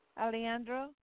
Alejandro